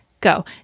go